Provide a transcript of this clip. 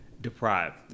deprived